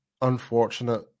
unfortunate